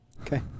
okay